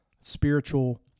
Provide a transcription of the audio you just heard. spiritual